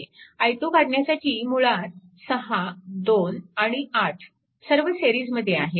i2 काढण्यासाठी मुळात 6 2 आणि 8 सर्व सिरीजमध्ये आहेत